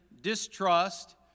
distrust